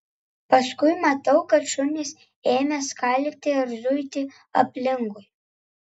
paskui matau kad šunys ėmė skalyti ir zuiti aplinkui